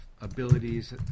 abilities